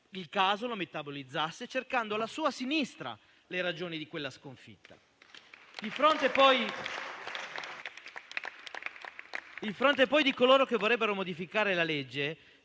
il caso che la metabolizzasse, cercando alla sua sinistra le ragioni di quella sconfitta. Il fronte di coloro che vorrebbero modificare la legge,